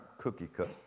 cookie-cut